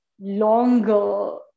longer